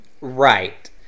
Right